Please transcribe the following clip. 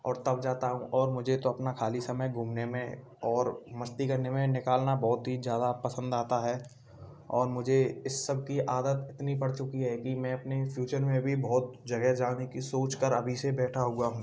और तब जाता हूँ और मुझे तो अपना ख़ाली समय घूमने में और मस्ती करने में ही निकालना बहुत ही ज़्यादा पसंद आता है और मुझे इस सबकी आदत इतनी पड़ चुकी है कि मैं अपने फ़्यूचर में भी बहुत जगह जाने की सोचकर अभी से बैठा हुआ हूँ